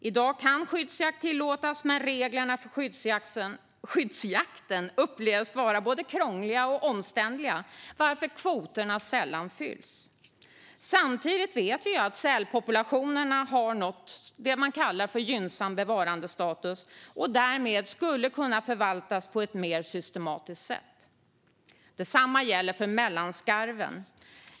I dag kan skyddsjakt tillåtas men reglerna för den upplevs som krångliga och omständliga, varför kvoterna sällan fylls. Samtidigt vet vi att sälpopulationerna har nått det man kallar gynnsam bevarandestatus och därmed skulle kunna förvaltas på ett mer systematiskt sätt. Detsamma gäller för mellanskarven.